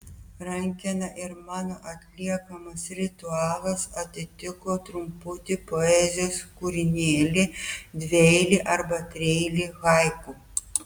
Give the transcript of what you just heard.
rankena ir mano atliekamas ritualas atitiko trumputį poezijos kūrinėlį dvieilį arba trieilį haiku